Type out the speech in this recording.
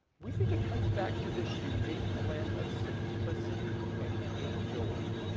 we think it comes back to this unique blend of simplicity and capability.